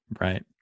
Right